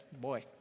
Boy